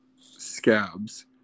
scabs